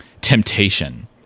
temptation